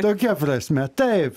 tokia prasme taip